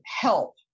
help